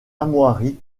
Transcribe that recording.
armoiries